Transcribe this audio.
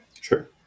Sure